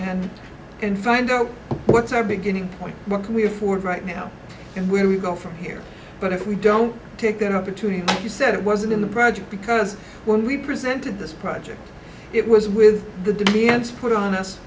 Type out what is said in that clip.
and and find out what's our beginning point what can we afford right now and where we go from here but if we don't take that opportunity you said it wasn't in the project because when we presented this project it was with the d n c put on us